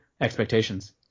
expectations